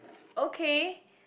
okay